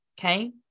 okay